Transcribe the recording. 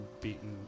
beaten